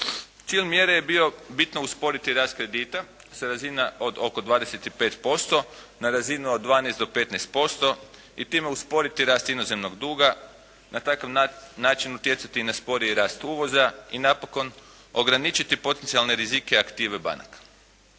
Cilj mjere je bio bitno usporiti rast kredita sa razina od oko 25% na razinu od 12 do 15% i time usporiti rast inozemnog duga, na takav način utjecati i na sporiji rast uvoza. I napokon, ograničiti poticajlne rizike aktive banaka.